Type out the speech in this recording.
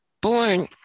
born